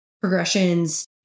progressions